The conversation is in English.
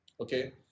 Okay